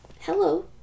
hello